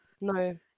No